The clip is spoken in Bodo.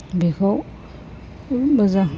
बेखौ मोजां